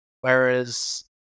Whereas